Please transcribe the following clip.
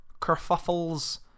kerfuffles